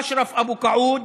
אשרף אבו קאעוד,